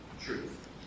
truth